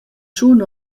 tschun